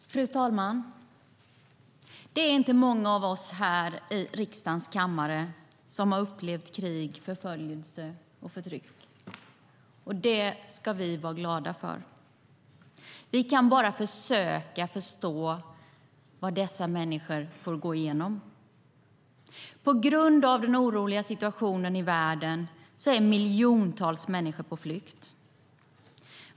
Fru talman! Det är inte många av oss här i riksdagens kammare som har upplevt krig, förföljelse och förtryck. Det ska vi vara glada för. Vi kan bara försöka förstå vad dessa människor får gå igenom. På grund av den oroliga situationen i världen är miljontals människor på flykt.